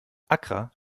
accra